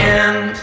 end